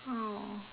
!aww!